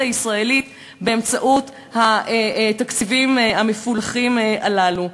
הישראלית באמצעות התקציבים המפולחים הללו.